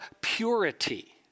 purity